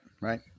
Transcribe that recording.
right